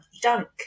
dunk